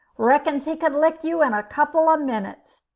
reckons he could lick you in a couple of minutes.